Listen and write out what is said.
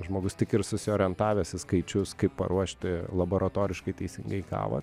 žmogus tik ir susiorientavęs į skaičius kaip paruošti laboratoriškai teisingai kavą